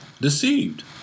deceived